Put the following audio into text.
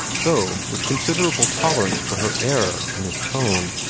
though with considerable tolerance for her error in his tone.